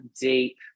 deep